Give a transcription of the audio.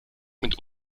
mit